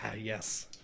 Yes